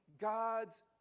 God's